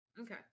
Okay